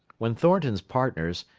when thornton's partners,